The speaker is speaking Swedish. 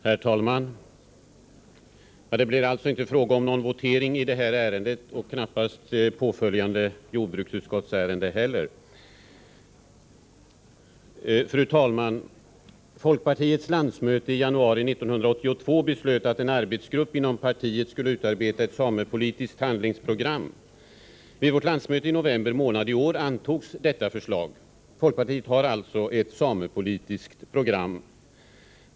Herr talman! Det blir alltså inte fråga om någon votering i detta ärende och knappast i följande jordbruksärende heller. Fru talman! Folkpartiets landsmöte i januari 1982 beslöt att en arbetsgrupp inom partiet skulle utarbeta ett samepolitiskt handlingsprogram. Vid vårt landsmöte i november i år antogs detta förslag. Folkpartiet har alltså ett samepolitiskt program.